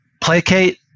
placate